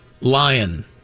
Lion